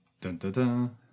Dun-dun-dun